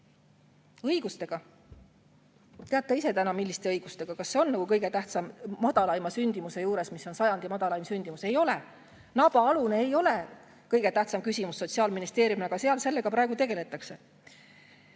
õigustega. Teate ise täna, milliste õigustega. Kas see on kõige tähtsam madalaima sündimuse juures, sajandi madalaima sündimuse juures? Ei ole! Nabaalune ei ole kõige tähtsam küsimus Sotsiaalministeeriumile, aga seal sellega praegu tegeldakse. Nüüd